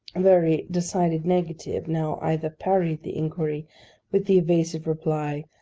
a very decided negative, now either parried the inquiry with the evasive reply,